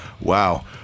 Wow